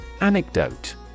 Anecdote